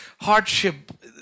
hardship